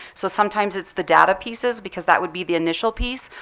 so sometimes it's the data pieces because that would be the initial piece.